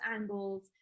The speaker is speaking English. angles